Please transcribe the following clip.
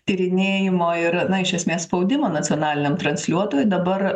tyrinėjimo ir na iš esmės spaudimo nacionaliniam transliuotojui dabar